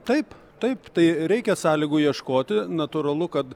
taip taip tai reikia sąlygų ieškoti natūralu kad